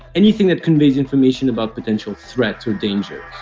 anything that conveys information about potential threats or dangers.